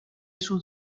sus